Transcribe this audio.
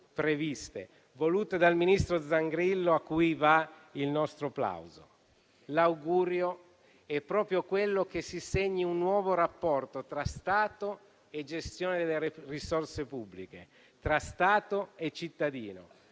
previste, volute dal ministro Zangrillo, a cui va il nostro plauso. L'augurio è proprio quello che si segni un nuovo rapporto tra Stato e gestione delle risorse pubbliche, tra Stato e cittadino,